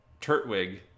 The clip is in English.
Turtwig